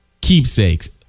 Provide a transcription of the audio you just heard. keepsakes